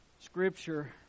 Scripture